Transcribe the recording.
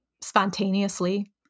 spontaneously